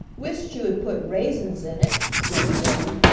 wished you had put raisins in it, said freddie.